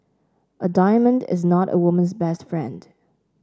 a diamond is not a woman's best friend